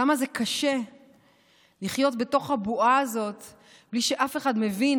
כמה זה קשה לחיות בתוך הבועה הזאת בלי שאף אחד מבין,